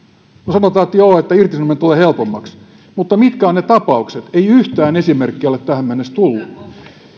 sanotaan joo että irtisanominen tulee helpommaksi mutta mitkä ovat ne tapaukset ei yhtään esimerkkiä ole tähän mennessä tullut